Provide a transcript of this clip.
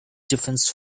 difference